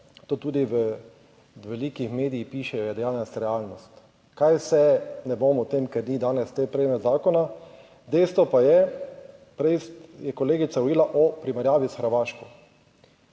to tudi v velikih medijih pišejo, je danes realnost. Kaj vse, ne bom o tem, ker ni danes te predmet zakona. Dejstvo pa je, prej je kolegica govorila o primerjavi s Hrvaško.